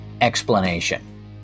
explanation